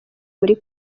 muri